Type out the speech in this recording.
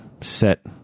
set